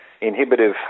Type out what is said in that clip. inhibitive